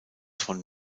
von